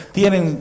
tienen